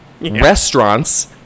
restaurants